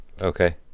Okay